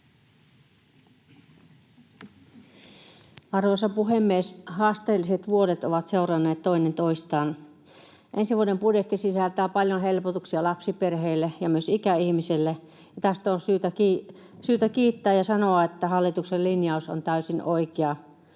Arvoisa puhemies! Haasteelliset vuodet ovat seuranneet toinen toistaan. Ensi vuoden budjetti sisältää paljon helpotuksia lapsiperheille ja myös ikäihmisille, ja tästä on syytä kiittää ja sanoa, että hallituksen linjaus on täysin oikea.